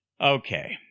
Okay